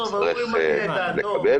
עזוב, הוא מביע את דעתו.